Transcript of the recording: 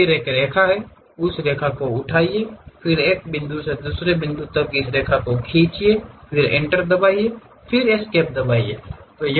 फिर एक रेखा है उस रेखा को उठाओ फिर एक बिंदु से दूसरे बिंदु तक एक रेखा खींचो फिर एंटर दबाएं फिर एस्केप दबाएं